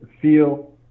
feel